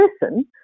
person